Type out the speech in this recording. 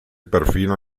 perfino